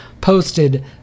posted